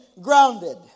grounded